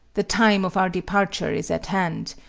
the time of our departure is at hand,